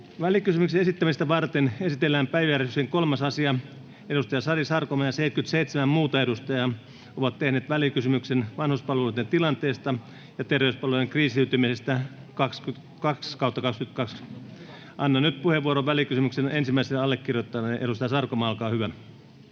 Välikysymyksen esittämistä varten esitellään päiväjärjestyksen 3. asia. Edustaja Sari Sarkomaa ja 77 muuta edustajaa ovat tehneet välikysymyksen VK 2/2022 vp vanhuspalveluiden tilanteesta ja terveyspalveluiden kriisiytymisestä. Annan nyt puheenvuoron välikysymyksen ensimmäiselle allekirjoittajalle. — Edustaja Sarkomaa, olkaa hyvä.